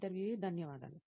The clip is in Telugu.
ఇంటర్వ్యూఈ ధన్యవాదాలు